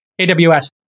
aws